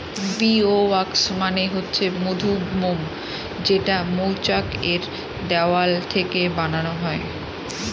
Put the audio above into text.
bee wax মানে হচ্ছে মধুমোম যেটা মৌচাক এর দেওয়াল থেকে বানানো হয়